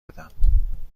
بدم